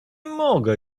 mogę